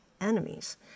enemies